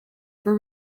for